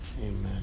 Amen